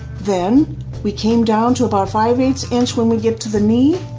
then we came down to about five eighths inch when we get to the knee